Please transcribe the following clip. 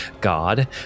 god